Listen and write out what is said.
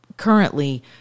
currently